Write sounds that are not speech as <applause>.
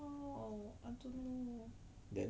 !ow! <noise>